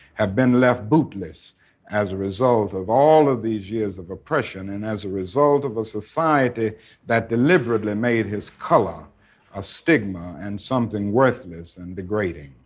have been left bootless as a result of all of these years of oppression, and as a result of a society that deliberately made his color a stigma and something worthless and degrading.